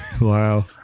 Wow